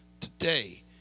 today